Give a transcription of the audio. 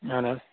آہنا